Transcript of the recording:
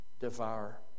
devour